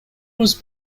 was